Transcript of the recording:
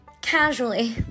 casually